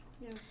yes